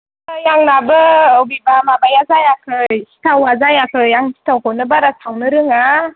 नै आंनाबो अबेबा माबाया जायाखै सिथावा जायाखै आं सिथावखोनो बारा सावनो रोङा